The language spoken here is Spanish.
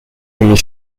mis